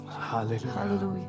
Hallelujah